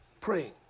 praying